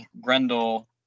Grendel